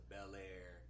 Bel-Air